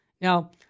Now